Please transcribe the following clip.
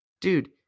Dude